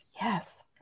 Yes